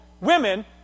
women